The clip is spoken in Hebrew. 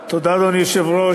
תודה, אדוני היושב-ראש.